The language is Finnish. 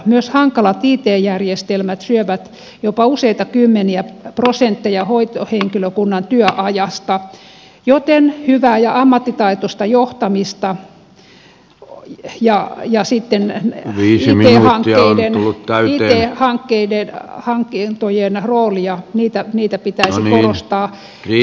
myös hankalat it järjestelmät syövät jopa useita kymmeniä prosentteja hoitohenkilökunnan työajasta joten hyvää ja ammattitaitoista johtamista ja sitten it hankintojen roolia pitäisi korostaa